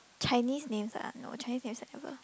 Chinese names ah no Chinese names I never